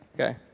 okay